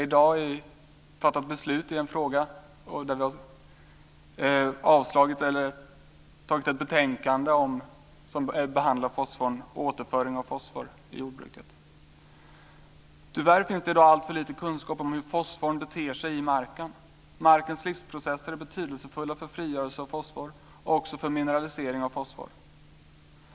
I dag har vi fattat beslut om ett betänkande som behandlar återföring av fosfor i jordbruket. Tyvärr finns det i dag alltför lite kunskap om hur fosforn beter sig i marken. Markens livsprocesser är betydelsefulla för frigörelse av fosfor och för mineralisering av fosfor.